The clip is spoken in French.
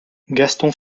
gaston